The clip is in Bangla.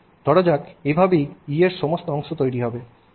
ধরা যাক এভাবেই E এর সমস্ত অংশ তৈরি হবে